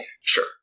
Sure